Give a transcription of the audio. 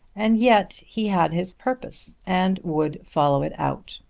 and yet he had his purpose and would follow it out.